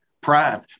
prime